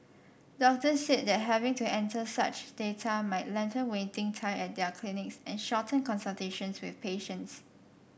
doctors said that having to enter such data might lengthen waiting time at their clinics and shorten consultations with patients